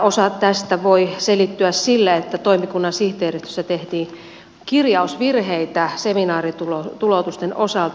osa tästä voi selittyä sillä että toimikunnan sihteeristössä tehtiin kirjausvirheitä seminaarituloutusten osalta